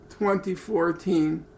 2014